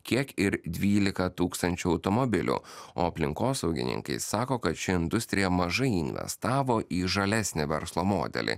kiek ir dvylika tūkstančių automobilių o aplinkosaugininkai sako kad ši industrija mažai investavo į žalesnį verslo modelį